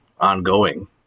ongoing